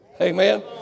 Amen